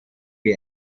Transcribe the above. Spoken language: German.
wie